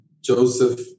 Joseph